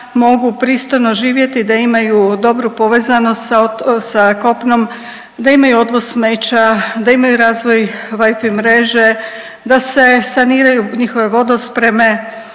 mogu pristojno živjeti i da imaju dobru povezanost sa kopnom, da imaju odvoz smeća, da imaju razvoj Wi-fi mreže da se saniraju njihove vodospreme.